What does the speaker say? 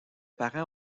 parents